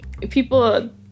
people